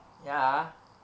ya